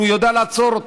הוא יודע לעצור אותו.